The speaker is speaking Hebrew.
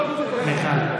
מיכל.